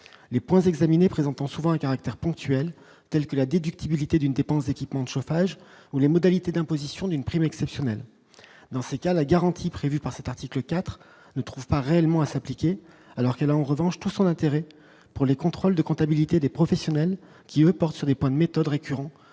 les points examinés présentant souvent un caractère ponctuel, telles que la déductibilité d'une dépense d'équipement de chauffage ou les modalités d'imposition d'une prime exceptionnelle dans ces cas-là garanties prévues par cet article IV ne trouvent pas réellement à s'appliquer, alors qu'elle a en revanche tout son intérêt pour les contrôles de comptabilité des professionnels qui portent sur des points de méthode récurrents